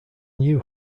new